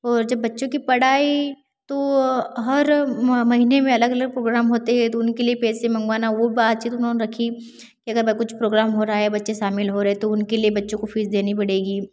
और जब बच्चों की पढ़ाई तो हर महीने में अलग अलग प्रोग्राम होते हैं तो उनके लिए पैसे मंगवाना वह बातचीत उन्होंने रखी कि अगर वह कुछ प्रोग्राम हो रहा है बच्चे शामिल हो रहे तो उनके लिए बच्चों को फ़ीस देनी पड़ेगी